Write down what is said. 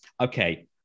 okay